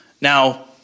Now